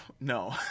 No